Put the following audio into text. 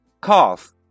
Cough